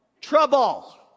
trouble